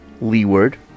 leeward